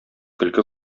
көлке